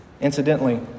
Incidentally